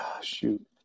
shoot